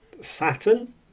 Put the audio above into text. Saturn